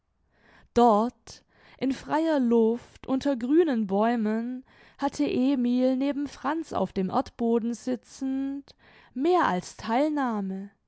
dort in freier luft unter grünen bäumen hatte emil neben franz auf dem erdboden sitzend mehr als theilnahme